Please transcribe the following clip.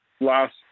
last